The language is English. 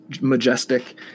majestic